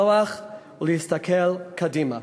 לסלוח ולהסתכל קדימה.